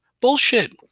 Bullshit